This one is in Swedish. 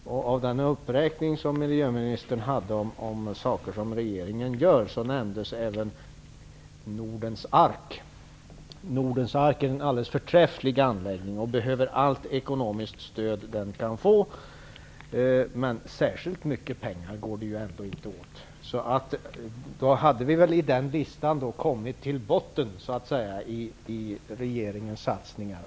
Miljöministern gjorde en uppräkning av vad regeringen gör. Där nämndes även Nordens ark. Nordens ark är en alldeles förträfflig anläggning, som behöver allt ekonomiskt stöd den kan få. Men så särskilt mycket pengar går det väl ändå inte åt? Med den listan har vi väl så att säga kommit till botten i regeringens satsningar.